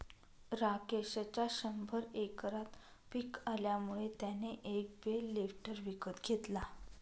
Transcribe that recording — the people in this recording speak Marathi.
राकेशच्या शंभर एकरात पिक आल्यामुळे त्याने एक बेल लिफ्टर विकत घेतला